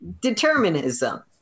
determinism